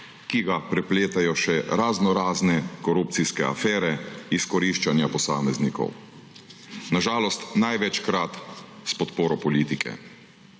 ki ga prepletajo še razno razne korupcijske afere izkoriščanja posameznikov, na žalost največkrat s podporo politike.